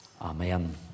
Amen